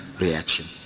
reaction